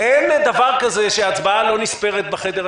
הנוסח הוא זה שהיה בפניכם,